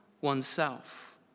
oneself